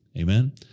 Amen